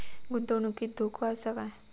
गुंतवणुकीत धोको आसा काय?